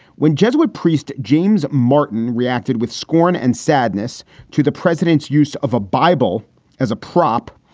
when jesuit priest james martin reacted with scorn and sadness to the president's use of a bible as a prop,